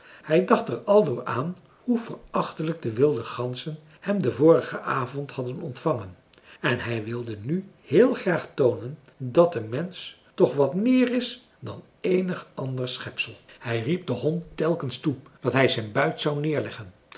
hij dacht er aldoor aan hoe verachtelijk de wilde ganzen hem den vorigen avond hadden ontvangen en hij wilde hun heel graag toonen dat een mensch toch wat meer is dan eenig ander schepsel hij riep den hond telkens toe dat hij zijn buit zou neerleggen